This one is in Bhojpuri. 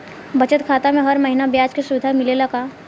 बचत खाता में हर महिना ब्याज के सुविधा मिलेला का?